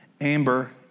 Amber